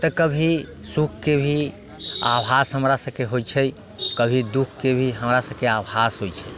तऽ कभी सुखके भी आभास हमरा सबके होइ छै कभी दुःखके भी हमरा सबके आभास होइ छै